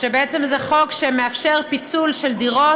בעצם זה חוק שמאפשר פיצול של דירות.